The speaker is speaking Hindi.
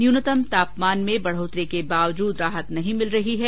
न्यूनतम तापमान में बढोतरी के बावजूद राहत नहीं मिल रही है